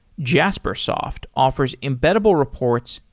jaspersoft offers embeddable reports,